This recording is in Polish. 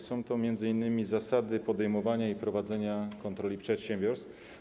Są to m.in. zasady podejmowania i prowadzenia kontroli przedsiębiorstw.